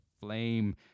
flame